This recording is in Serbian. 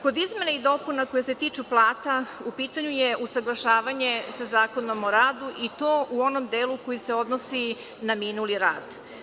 Kod izmena i dopuna koje se tiču plata, u pitanju je usaglašavanje sa Zakonom o radu i to u onom delu koji se odnosi na minuli rad.